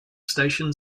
station